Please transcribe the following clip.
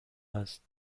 است